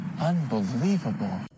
unbelievable